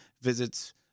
visits